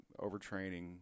overtraining